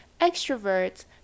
extroverts